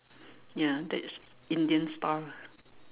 ya that's Indian style